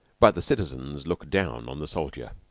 but the citizens look down on the soldier.